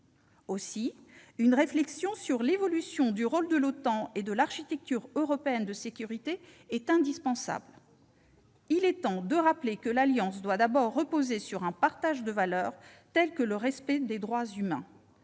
Trump. Une réflexion sur l'évolution du rôle de l'OTAN et de l'architecture européenne de sécurité est indispensable. Il est temps de rappeler que l'alliance doit d'abord reposer sur un partage de valeurs, comme le respect des droits humains.